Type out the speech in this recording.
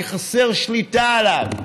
כי חסרה שליטה עליו.